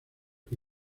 que